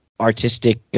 artistic